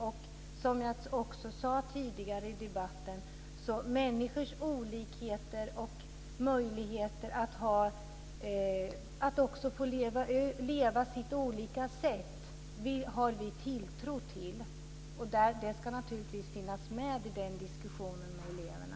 Och, som jag också sade tidigare i debatten, har vi tilltro när det gäller människors olikheter och deras möjligheter att också få leva på olika sätt. Det ska naturligtvis finnas med i den diskussionen med eleverna.